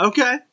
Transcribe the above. Okay